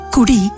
Kudi